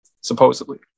supposedly